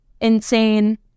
insane